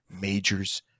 Majors